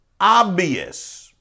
obvious